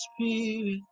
Spirit